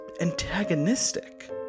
antagonistic